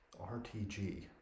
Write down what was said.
RTG